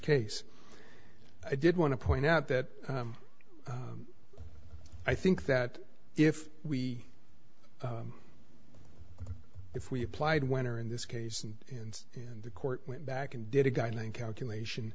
case i did want to point out that i think that if we if we applied when or in this case and and and the court went back and did a guideline calculation